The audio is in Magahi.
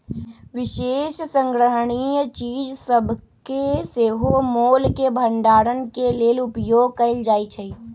विशेष संग्रहणीय चीज सभके सेहो मोल के भंडारण के लेल उपयोग कएल जाइ छइ